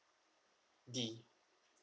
D